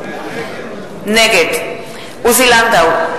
נגד עוזי לנדאו,